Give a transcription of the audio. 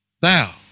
Thou